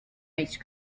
ice